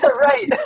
Right